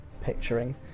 picturing